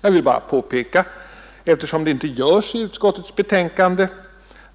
Jag vill bara påpeka, eftersom det inte görs i utskottets betänkande,